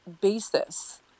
basis